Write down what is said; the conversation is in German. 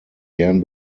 gern